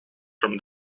from